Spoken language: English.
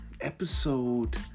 episode